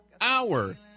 hour